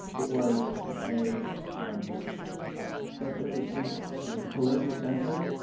it was a um ah but it was three things. it was a political center.